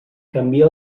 canvia